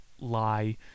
lie